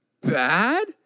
bad